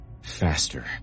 Faster